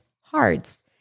hearts